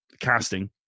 casting